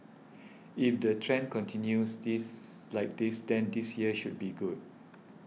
if the trend continues this like this then this year should be good